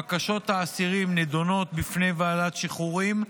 בקשות האסירים נדונות בפני ועדת השחרורים,